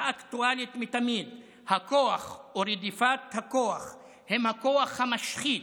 האקטואלית מתמיד: הכוח ורדיפת הכוח הם הכוח המשחית